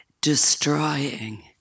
destroying